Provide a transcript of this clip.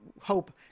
hope